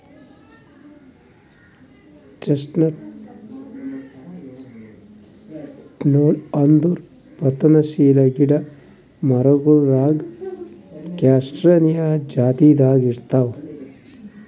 ಚೆಸ್ಟ್ನಟ್ಗೊಳ್ ಅಂದುರ್ ಪತನಶೀಲ ಗಿಡ ಮರಗೊಳ್ದಾಗ್ ಕ್ಯಾಸ್ಟಾನಿಯಾ ಜಾತಿದಾಗ್ ಇರ್ತಾವ್